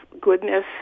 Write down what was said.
goodness